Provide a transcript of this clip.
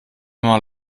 mal